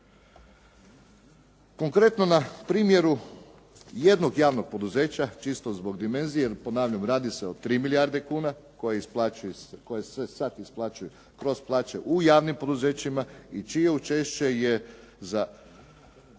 Konkretno na primjeru jednog javnog poduzeća, čisto zbog dimenzije, jer ponavljam, radi se o 3 milijarde kuna koje se sad isplaćuju kroz plaće u javnim poduzećima i čije učešće je za